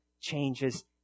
changes